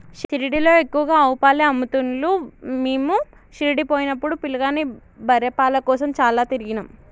షిరిడీలో ఎక్కువగా ఆవు పాలే అమ్ముతున్లు మీము షిరిడీ పోయినపుడు పిలగాని బర్రె పాల కోసం చాల తిరిగినం